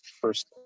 first